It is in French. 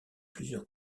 plusieurs